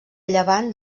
llevant